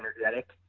energetic